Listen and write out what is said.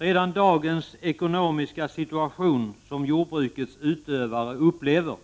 Redan den ekonomiska situation som jordbrukets utövare i dag upplever,